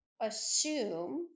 assume